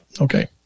Okay